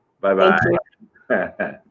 Bye-bye